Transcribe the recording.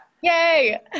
Yay